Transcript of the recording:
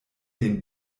den